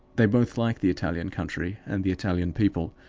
they both like the italian country and the italian people,